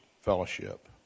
fellowship